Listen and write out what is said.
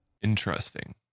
Interesting